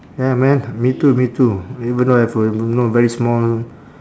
ya man me too me too even though I have a you know very small